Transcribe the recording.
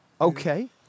Okay